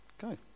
Go